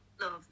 love